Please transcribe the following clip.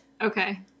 Okay